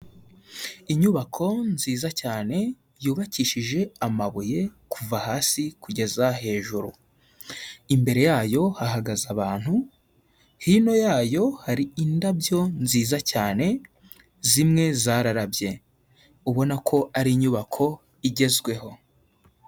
Inyubako nziza cyane yubakishije amabuye kuva hasi kugeza hejuru. Imbere yayo hahagaze abantu, hino yayo hari indabyo nziza cyane zimwe zararabye, ubona ko ari inyubako igezweho.